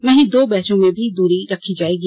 वहीं दो बैंचों में भी दूरी रखी जायेगी